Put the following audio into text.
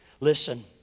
Listen